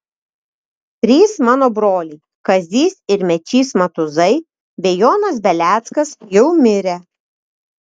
trys mano broliai kazys ir mečys matuzai bei jonas beleckas jau mirę